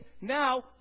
Now